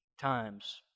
times